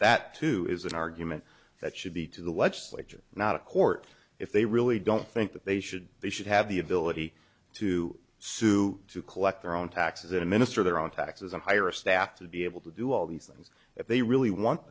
that too is an argument that should be to the legislature not a court if they really don't think that they should they should have the ability to sue to collect their own taxes a minister their own taxes and hire a staff to be able to do all these things if they really want